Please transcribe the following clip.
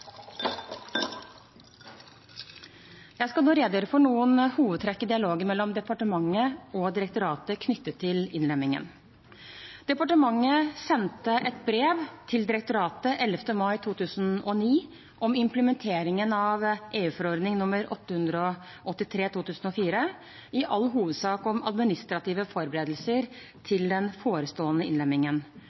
Jeg skal nå redegjøre for noen hovedtrekk i dialogen mellom departementet og direktoratet knyttet til innlemmingen. Departementet sendte et brev til direktoratet 11. mai 2009 om implementeringen av EU-forordning nr. 883/2004, i all hovedsak om administrative forberedelser til den forestående innlemmingen.